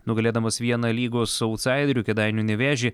nugalėdamas vieną lygos autsaiderių kėdainių nevėžį